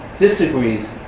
disagrees